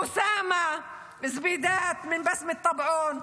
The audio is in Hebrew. אוסאמה זבידאת מבסמת-טבעון,